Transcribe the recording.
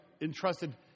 entrusted